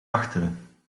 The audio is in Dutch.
achteren